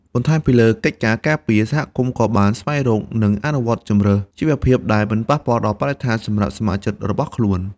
បន្ថែមពីលើកិច្ចការការពារ សហគមន៍ក៏បានស្វែងរក និងអនុវត្តជម្រើសជីវភាពដែលមិនប៉ះពាល់ដល់បរិស្ថានសម្រាប់សមាជិករបស់ខ្លួន។